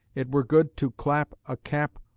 it were good to clap a cap.